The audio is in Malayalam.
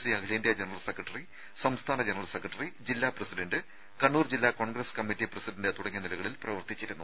സി അഖിലേന്ത്യാ ജനറൽ സെക്രട്ടറി സംസ്ഥാന ജനറൽ സെക്രട്ടറി ജില്ലാ പ്രസിഡന്റ് കണ്ണൂർ ജില്ലാ കോൺഗ്രസ് കമ്മിറ്റി പ്രസിഡന്റ് തുടങ്ങിയ നിലകളിൽ പ്രവർത്തിച്ചിരുന്നു